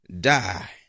die